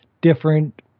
different